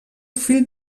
fill